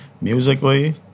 Musically